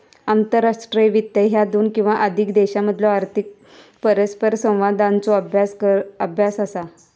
आंतरराष्ट्रीय वित्त ह्या दोन किंवा अधिक देशांमधलो आर्थिक परस्परसंवादाचो अभ्यास असा